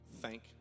thank